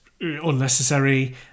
unnecessary